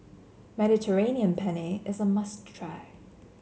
Mediterranean Penne is a must try